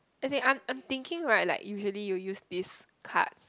as in I'm I'm thinking right like usually you use these cards